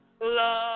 Love